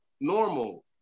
normal